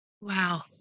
Wow